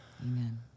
Amen